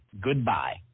goodbye